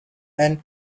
and